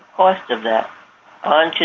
ah cost of that on